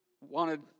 wanted